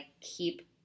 keep